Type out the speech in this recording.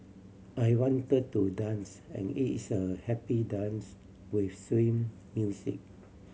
I want to dance and it's a happy dance with swing music